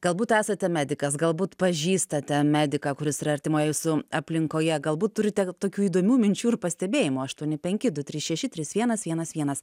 galbūt esate medikas galbūt pažįstate mediką kuris yra artimoje jūsų aplinkoje galbūt turite tokių įdomių minčių ir pastebėjimų aštuoni penki du trys šeši trys vienas vienas vienas